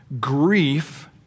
grief